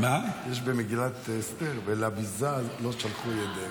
יש במגילת אסתר: ולביזה לא שלחו ידיהם.